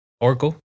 Oracle